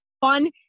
fun